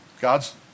God's